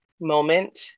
moment